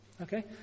Okay